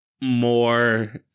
more